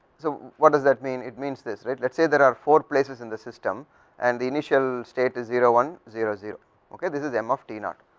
so, what is that mean it means this right, let say there are four places in the system and the initial state zero, one, zero, zero this is m of t not